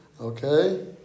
Okay